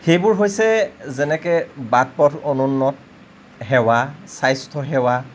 সেইবোৰ হৈছে যেনেকৈ বাট পথ অনুন্নত সেৱা স্বাস্থ্য সেৱা